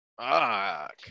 fuck